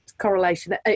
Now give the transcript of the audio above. correlation